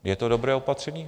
Je to dobré opatření?